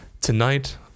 Tonight